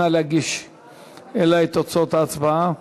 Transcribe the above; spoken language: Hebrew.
נא להגיש אלי את תוצאות ההצבעה.